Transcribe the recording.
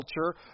culture